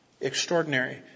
Extraordinary